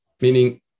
meaning